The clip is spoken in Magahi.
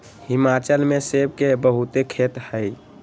हिमाचल में सेब के बहुते खेत हई